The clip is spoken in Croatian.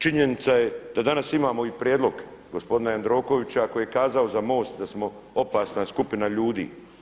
Činjenica je da danas imamo i prijedlog gospodina Jandrokovića koji je kazao za MOST da smo opasna skupina ljudi.